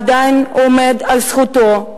עדיין עומד על זכותו,